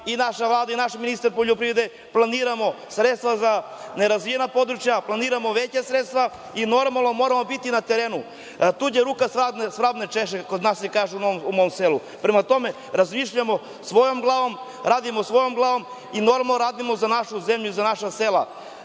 i naša Vlada i naš ministar poljoprivrede. Planiramo sredstva za nerazvijena područja, planiramo veća sredstva i normalno moramo biti na terenu. Tuđa ruka svrab ne češa, kod nas se kaže, u mom selu. Prema tome, razmišljamo svojom glavom, radimo svojom glavom i normalno radimo za našu zemlju i za naša sela.